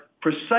precise